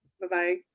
Bye-bye